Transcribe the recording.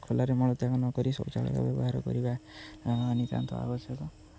ଖୋଲାରେ ମଳତ୍ୟାଗ ନ କରି ଶୌଚାଳୟ ବ୍ୟବହାର କରିବା ନିତ୍ୟାନ୍ତ ଆବଶ୍ୟକ